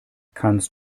kannst